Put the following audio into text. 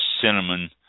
cinnamon